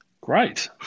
Great